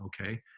okay